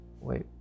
wait